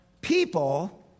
people